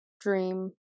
dream